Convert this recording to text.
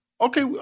Okay